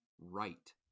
right